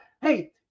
hey